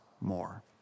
more